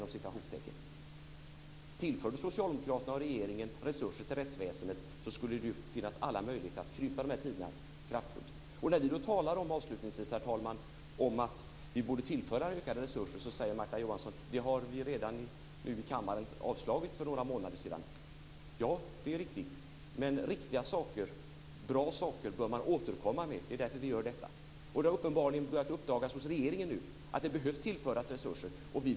Om regeringen och socialdemokraterna tillförde resurser till rättsväsendet skulle det finnas alla möjligheter att krympa tiderna kraftfullt. Herr talman! När vi nu talar om att man borde tillföra ökade resurser, säger Märta Johansson att vi i kammaren för några månader sedan har avslagit det. Ja, det är riktigt. Men bra saker bör man återkomma med, och det är därför vi gör detta. Det har uppenbarligen börjat uppdagas hos regeringen nu att det behöver tillföras resurser.